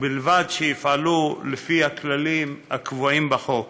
ובלבד שיפעלו לפי הכללים הקבועים בחוק,